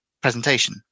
presentation